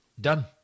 Done